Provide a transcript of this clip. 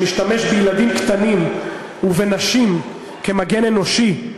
שמשתמש בילדים קטנים ובנשים כמגן אנושי,